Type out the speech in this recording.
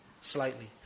Slightly